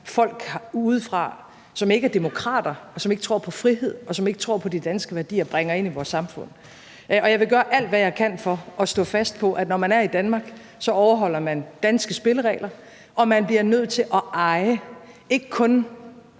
folk udefra, der ikke er demokrater, ikke tror på frihed og ikke tror på de danske værdier, bringer ind i vores samfund. Jeg vil gøre alt, hvad jeg kan, for at stå fast på, at når man er i Danmark, så overholder man danske spilleregler, og at man bliver nødt til at eje – ikke kun